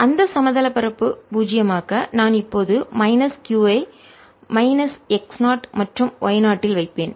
அந்த சமதள பரப்பு ஐ பூஜ்ஜியமாக்க நான் இப்போது மைனஸ் q ஐ மைனஸ் x நாட் மற்றும் y நாட் இல் வைப்பேன்